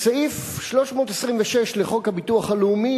סעיף 326 לחוק הביטוח הלאומי,